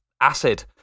acid